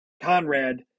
Conrad